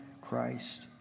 Christ